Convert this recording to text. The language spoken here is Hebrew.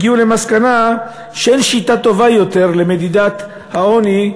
והגיעו למסקנה שאין שיטה טובה יותר למדידת העוני,